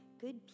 good